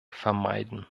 vermeiden